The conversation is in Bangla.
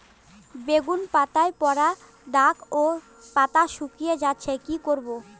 বেগুন পাতায় পড়া দাগ ও পাতা শুকিয়ে যাচ্ছে কি করব?